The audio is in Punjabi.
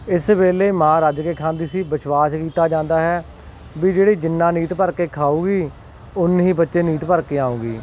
ਇਸ ਵੇਲੇ ਮਾਂ ਰੱਜ ਕੇ ਖਾਂਦੀ ਸੀ ਵਿਸ਼ਵਾਸ ਕੀਤਾ ਜਾਂਦਾ ਹੈ ਵੀ ਜਿਹੜੀ ਜਿੰਨਾ ਨੀਤ ਭਰ ਕੇ ਖਾਊਗੀ ਉਨਾ ਹੀ ਬੱਚੇ ਨੀਤ ਭਰ ਕੇ ਆਊਗੀ